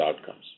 outcomes